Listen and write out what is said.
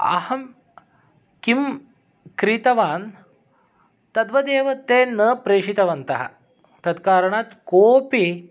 आहं किं क्रीतवान् तद्वदेव ते न प्रेषितवन्तः तत् कारणात् कोपि